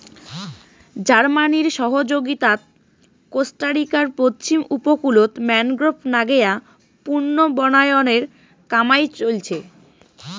জার্মানির সহযগীতাত কোস্টারিকার পশ্চিম উপকূলত ম্যানগ্রোভ নাগেয়া পুনর্বনায়নের কামাই চইলছে